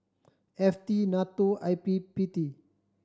F T NATO and I P P T